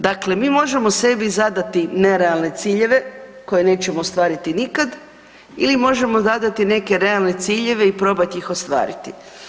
Dakle, mi možemo sebi zadati nerealne ciljeve koje nećemo ostvariti nikad ili možemo zadati neke realne ciljeve i probat ih ostvariti.